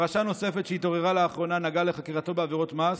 "פרשה נוספת שהתעוררה לאחרונה נגעה לחקירתו בעבירות מס,